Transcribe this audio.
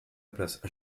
place